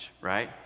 right